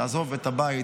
תעזוב את הבית,